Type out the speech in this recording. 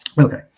Okay